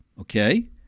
Okay